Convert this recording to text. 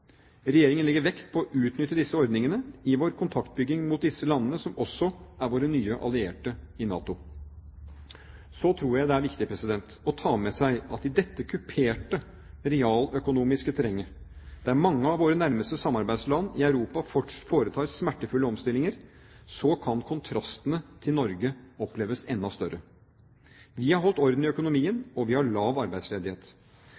Regjeringen legger vekt på å utnytte disse ordningene i vår kontaktbygging mot disse landene, som også er våre nye allierte i NATO. Så tror jeg det er viktig å ta med seg at i dette kuperte realøkonomiske terrenget, der mange av våre nærmeste samarbeidsland i Europa foretar smertefulle omstillinger, kan kontrastene til Norge oppleves enda større. Vi har holdt orden i